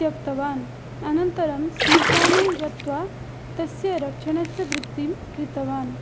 त्यक्तवान् अनन्तरं स्मशाने गत्वा तस्य रक्षणस्य वृत्तिं कृतवान्